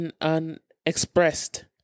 unexpressed